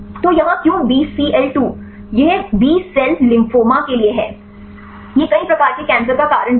तो यहाँ क्यों बीसीएल 2 यह बी सेल लिंफोमा के लिए है यह कई प्रकार के कैंसर का कारण भी है